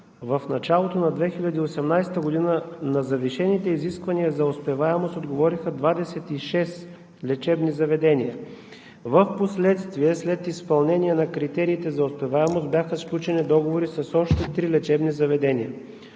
в началото на 2018 г. на завишените изисквания за успеваемост отговориха 26 лечебни заведения. Впоследствие – след изпълнение на критериите за успеваемост, бяха сключени договори с още три лечебни заведения.